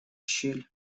щель